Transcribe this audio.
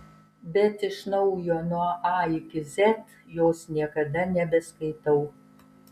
bet iš naujo nuo a iki z jos niekada nebeskaitau